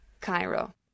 Cairo